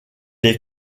est